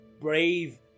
brave